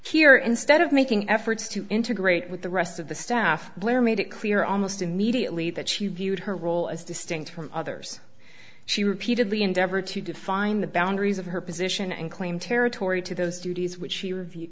here instead of making efforts to integrate with the rest of the staff blair made it clear almost immediately that she viewed her role as distinct from others she repeatedly endeavored to define the boundaries of her position and claim territory to those duties which she